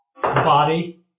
body